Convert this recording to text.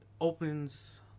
opens